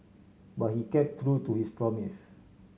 but he kept to his promise